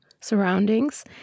surroundings